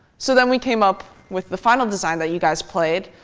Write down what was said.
so then we came up with the final design that you guys played,